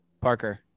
Parker